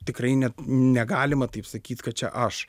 tikrai net negalima taip sakyt kad čia aš